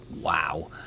Wow